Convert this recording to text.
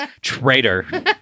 Traitor